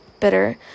bitter